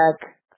back